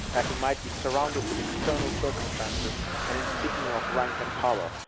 that he might be surrounded with external circumstances and insignia of rank and power,